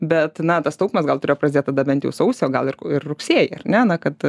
bet na tas taupymas gal turėjo prasidėt tada bent jau sausį o gal ir ir rugsėjį ar ne na kad